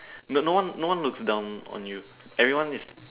no no one no one looks down on you everyone is